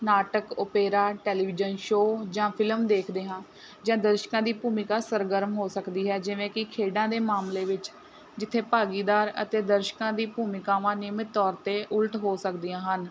ਨਾਟਕ opera television show ਜਾਂ film ਦੇਖਦੇ ਹਾਂ ਜਾਂ ਦਰਸ਼ਕਾਂ ਦੀ ਭੂਮਿਕਾ ਸਰਗਰਮ ਹੋ ਸਕਦੀ ਹੈ ਜਿਵੇਂ ਕਿ ਖੇਡਾਂ ਦੇ ਮਾਮਲੇ ਵਿੱਚ ਜਿੱਥੇ ਭਾਗੀਦਾਰ ਅਤੇ ਦਰਸ਼ਕਾਂ ਦੀ ਭੂਮਿਕਾਵਾਂ ਨਿਯਮਿਤ ਤੌਰ 'ਤੇ ਉਲਟ ਹੋ ਸਕਦੀਆਂ ਹਨ